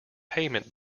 payment